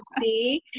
see